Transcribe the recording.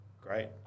great